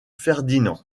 ferdinand